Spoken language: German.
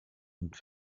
und